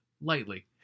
Lightly